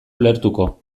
ulertuko